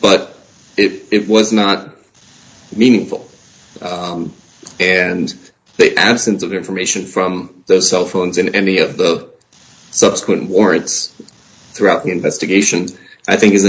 but it was not meaningful and they absence of information from those cell phones in any of the subsequent warrants throughout the investigations i think i